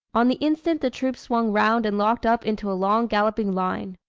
on the instant the troops swung round and locked up into a long, galloping line.